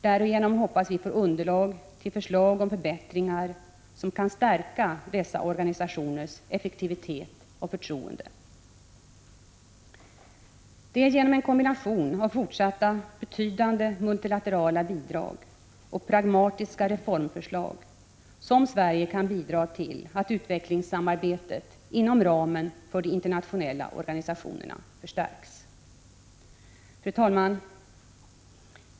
Därigenom hoppas vi få underlag till förslag om förbättringar som kan stärka dessa organisationers effektivitet och förtroende. Det är genom en kombination av fortsatta betydande multilaterala bidrag och pragmatiska reformförslag som Sverige kan bidra till att utvecklingssamarbetet inom ramen för de internationella organisationerna förstärks. Fru talman!